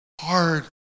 hard